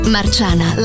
Marciana